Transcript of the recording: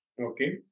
Okay